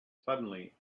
suddenly